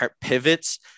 pivots